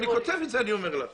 אני כותב את זה, אני אומר את זה.